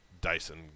Dyson